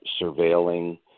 surveilling